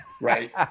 Right